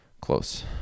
close